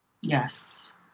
Yes